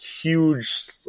huge